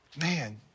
Man